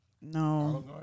No